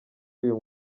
uyu